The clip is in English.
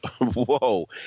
whoa